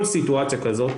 כל סיטואציה כזאת,